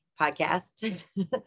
podcast